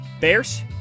Bears